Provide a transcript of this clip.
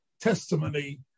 testimony